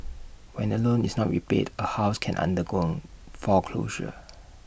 when A loan is not repaid A house can undergo foreclosure